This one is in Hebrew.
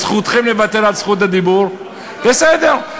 זכותכם לוותר על זכות הדיבור, בסדר.